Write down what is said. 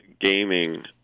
gaming